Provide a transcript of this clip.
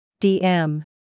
DM